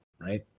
right